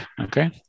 okay